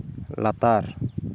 ᱞᱟᱛᱟᱨ